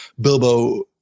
Bilbo